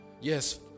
Yes